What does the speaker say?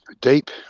Deep